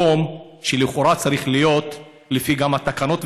מקום שלכאורה צריך להיות גם לפי התקנות,